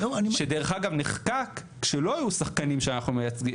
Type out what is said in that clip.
שדרך אגב נחקק כשלא היו שחקנים שאנחנו מייצגים,